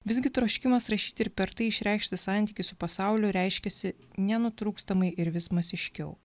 visgi troškimas rašyti ir per tai išreikšti santykį su pasauliu reiškiasi nenutrūkstamai ir vis masiškiau